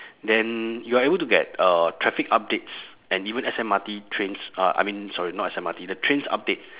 then you are able to get uh traffic updates and even S_M_R_T trains uh I mean sorry not S_M_R_T the train's update